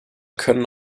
können